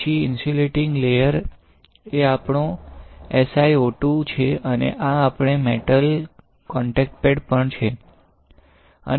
પછી insulating layer એ આપણો SiO2 છે અને આ આપણો મેટલ કોન્ટેક્ટ પેડ પણ છે